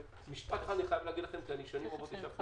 משפט שאני חייב להגיד לכם כי שנים ישבתי